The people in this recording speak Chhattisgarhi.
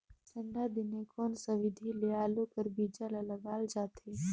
ठंडा दिने कोन सा विधि ले आलू कर बीजा ल लगाल जाथे?